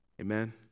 Amen